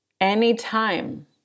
Anytime